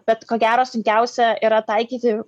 bet ko gero sunkiausia yra taikyti